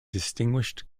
distinguished